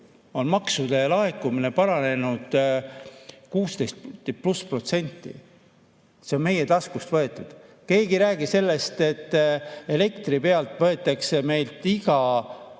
on maksude laekumine paranenud 16+%. See on meie taskust võetud, keegi ei räägi sellest, et elektri pealt võetakse meilt iga